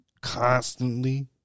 Constantly